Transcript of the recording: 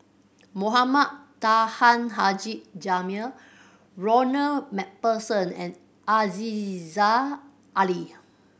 Mohamed Taha Haji Jamil Ronald Macpherson and Aziza Ali